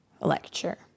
lecture